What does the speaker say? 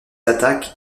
attaque